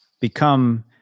become